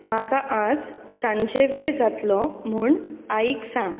म्हाका आज सांजे वेळ जातलो म्हण आईक सांग